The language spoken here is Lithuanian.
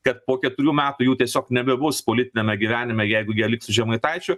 kad po keturių metų jų tiesiog nebebus politiniame gyvenime jeigu jie liks su žemaitaičiu